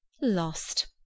Lost